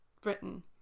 britain